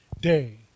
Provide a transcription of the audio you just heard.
day